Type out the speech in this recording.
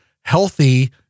healthy